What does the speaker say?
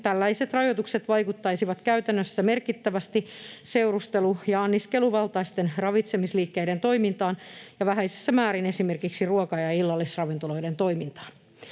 tällaiset rajoitukset vaikuttaisivat käytännössä merkittävästi seurustelu- ja anniskeluvaltaisten ravitsemisliikkeiden toimintaan ja vähäisessä määrin esimerkiksi ruoka- ja illallisravintoloiden toimintaan.